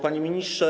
Panie Ministrze!